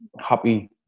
happy